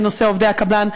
בנושא עובדי הקבלן,